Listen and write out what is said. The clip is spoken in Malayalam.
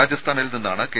രാജസ്ഥാനിൽ നിന്നാണ് കെ